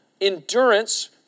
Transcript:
Endurance